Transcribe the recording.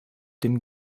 dem